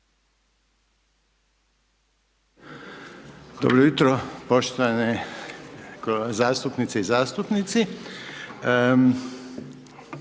Dobro jutro, poštovane zastupnice i zastupnici.